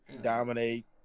Dominate